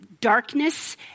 darkness